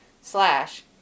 slash